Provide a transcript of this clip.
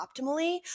optimally